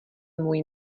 můj